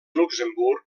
luxemburg